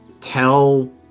tell